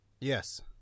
Yes